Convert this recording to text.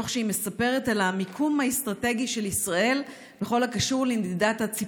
רוצה להעלות כאן את דמותה הייחודית והשפעתה בכל מה שקשור לאהבת הטבע